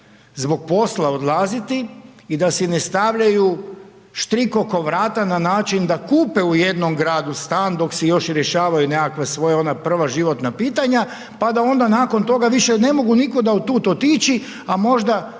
zbog posla odlaziti i da si ne stavljaju štrik oko vrata na način da kupe u jednom gradu stan dok si još rješavaju nekakva svoja ona prva životna pitanja, pa da onda nakon toga više ne mogu nikuda od tud otići, a možda